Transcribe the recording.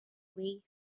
way